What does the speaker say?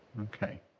Okay